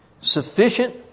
sufficient